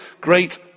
great